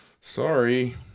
sorry